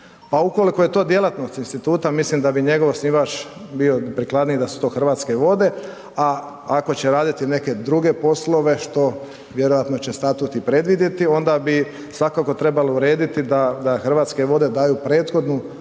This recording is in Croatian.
ukoliko je to djelatnost instituta, mislim da bi njegov osnivač bio prikladniji da su to Hrvatske vode a ako će raditi neke druge poslove što vjerojatno će statut i predvidjeti, onda bi svakako trebalo urediti da Hrvatske vode daju prethodnu